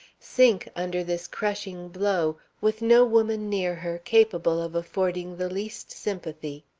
sink under this crushing blow, with no woman near her capable of affording the least sympathy.